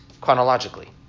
chronologically